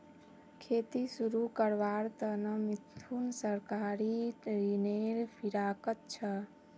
खेती शुरू करवार त न मिथुन सहकारी ऋनेर फिराकत छ